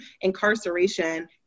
incarceration